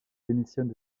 démissionne